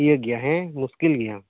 ᱤᱭᱟᱹ ᱜᱮᱭᱟ ᱦᱮᱸ ᱢᱩᱥᱠᱤᱞ ᱜᱮᱭᱟ